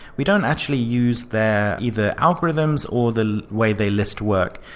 we don't actually use their either algorithms or the way they list work.